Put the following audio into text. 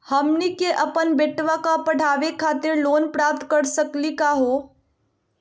हमनी के अपन बेटवा क पढावे खातिर लोन प्राप्त कर सकली का हो?